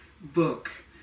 book